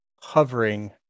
hovering